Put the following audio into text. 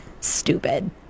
stupid